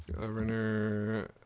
Governor